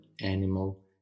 animal